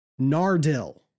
Nardil